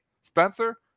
Spencer